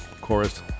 chorus